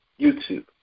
YouTube